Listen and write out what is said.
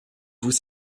vous